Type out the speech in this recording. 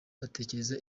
batekereza